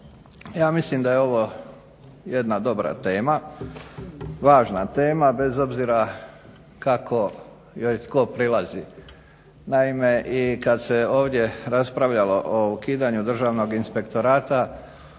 ja mislim da je ovo jedna dobra tema, važna tema, bez obzira kako joj tko prilazi. Naime i kad se ovdje raspravljalo o ukidanju Državnog inspektorata